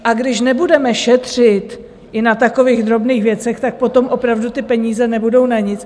A když nebudeme šetřit i na takových drobných věcech, tak potom opravdu ty peníze nebudou na nic.